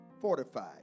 fortified